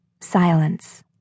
Silence